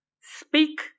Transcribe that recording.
speak